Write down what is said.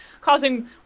Causing